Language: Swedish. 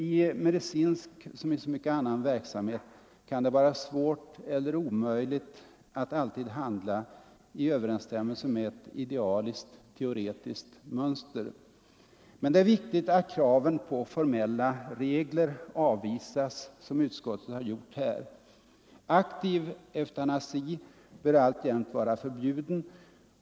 I medicinsk som i så mycken annan verksamhet kan det vara svårt eller omöjligt att alltid handla i överensstämmelse med ett idealiskt teoretiskt mönster. Men det är viktigt att kraven på formella regler avvisas, som utskottet har gjort här. Aktiv eutanasi bör alltjämt vara förbjuden.